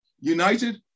United